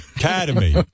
Academy